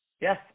Yes